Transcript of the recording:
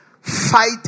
fight